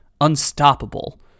unstoppable